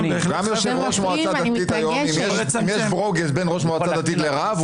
היום אם יש ברוגז בין ראש מועצה דתית לרב,